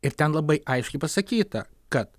ir ten labai aiškiai pasakyta kad